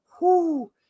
whoo